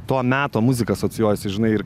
to meto muzika asocijuojasi žinai ir